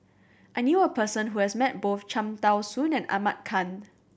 I knew a person who has met both Cham Tao Soon and Ahmad Khan